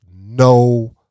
no